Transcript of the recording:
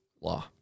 law